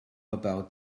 about